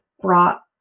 brought